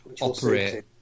operate